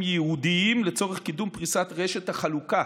ייעודיים לצורך קידום פריסת רשת החלוקה